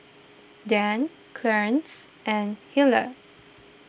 Dann Clarnce and Hillard